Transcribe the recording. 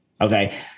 Okay